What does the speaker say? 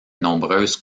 nombreuses